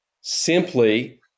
simply